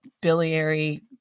biliary